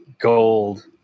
gold